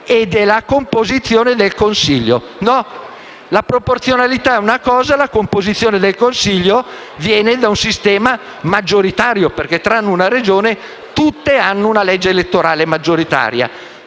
e della composizione del Consiglio. La proporzionalità è una cosa, la composizione del Consiglio è un'altra in quanto viene da un sistema maggioritario perché, tranne una Regione, tutte le altre hanno una legge elettorale maggioritaria.